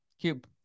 cube